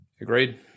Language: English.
Agreed